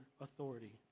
authority